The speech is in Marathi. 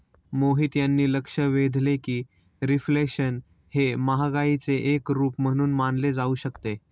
मोहित यांनी लक्ष वेधले की रिफ्लेशन हे महागाईचे एक रूप म्हणून मानले जाऊ शकते